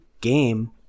game